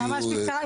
ממש בקצרה.